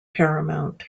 paramount